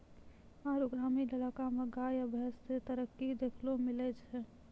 आरु ग्रामीण इलाका मे गाय या भैंस मे तरक्की देखैलै मिलै छै